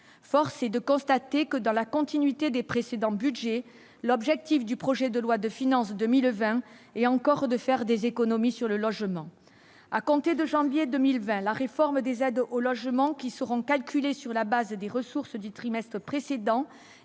force est de constater que, dans la continuité des précédents Budgets, l'objectif du projet de loi de finances 2020 et encore de faire des économies sur le logement à compter de janvier 2020 la réforme des aides au au logement qui seront calculées sur la base des ressources du trimestre précédent,